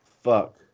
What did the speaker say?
Fuck